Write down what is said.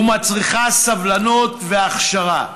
ומצריכה סבלנות והכשרה.